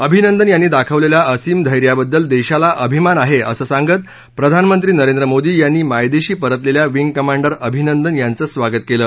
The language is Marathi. अभिनंदन यांनी दाखवलेल्या असीम धैर्याबद्दल देशाला अभिमान आहे असं सांगत प्रधानमंत्री नरेंद्र मोदी यांनी मायदेशी परतलेल्या विंग कमांडर अभिनंदन यांचं स्वागत केलं